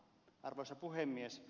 arvoisa puhemies